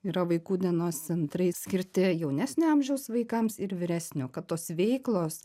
yra vaikų dienos centrai skirti jaunesnio amžiaus vaikams ir vyresnio kad tos veiklos